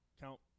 Count